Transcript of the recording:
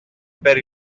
per